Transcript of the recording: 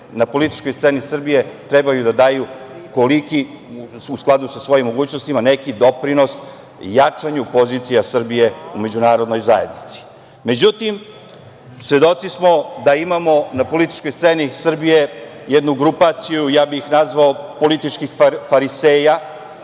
na političkoj sceni Srbije trebaju da daju, u skladu sa svojim mogućnostima, neki doprinos jačanju pozicija Srbije u Međunarodnoj zajednici.Međutim, svedoci smo da imamo na političkoj sceni Srbije jednu grupaciju, ja bih ih nazvao političkih fariseja